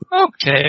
Okay